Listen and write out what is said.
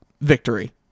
victory